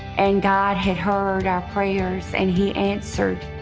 and god had heard our prayers and he answered.